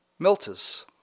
Miltus